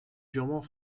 durement